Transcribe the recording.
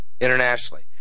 internationally